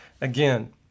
Again